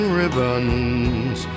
ribbons